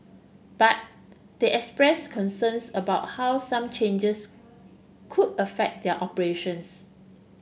but they expressed concerns about how some changes could affect their operations